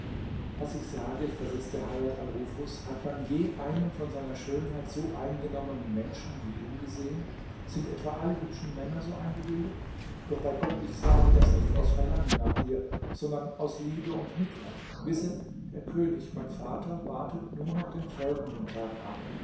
was ich sage versetzte hajat al nufus hat man je einen von seiner schönheit so eingenommenen menschen wie du gesehen sind etwa alle hübschen männer so eingebildet doch bei gott ich sage das nicht aus verlangen nach dir sondern aus liebe und mitleid wisse der könig mein vater wartet nur noch den folgenden tag ab